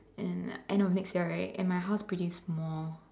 in end of next year right and my house pretty small